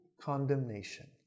condemnation